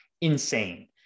insane